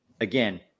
again